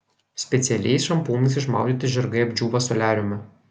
specialiais šampūnais išmaudyti žirgai apdžiūva soliariume